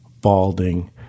balding